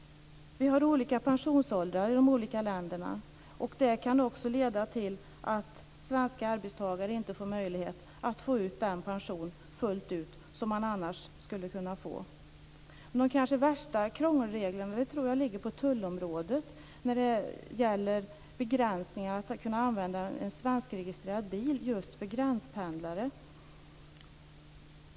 Vi har olika pensionsåldrar i de olika länderna. Det kan också leda till att svenska arbetstagare inte får möjlighet att få ut den pension fullt ut som de annars skulle kunna få. De kanske krångligaste reglerna tror jag finns inom tullområdet. Det gäller begränsningar i användandet av en svenskregistrerad bil just för gränspendlare.